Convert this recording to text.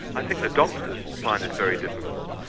i think the doctors find this very difficult.